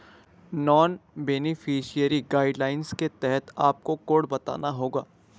non beneficiary guidelines के तहत आपको कोड बताना होगा